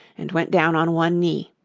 and went down on one knee.